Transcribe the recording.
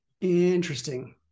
Interesting